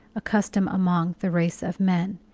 a custom among the race of men,